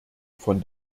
von